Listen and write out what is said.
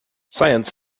science